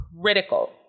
critical